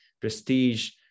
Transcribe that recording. prestige